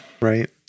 right